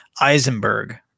Eisenberg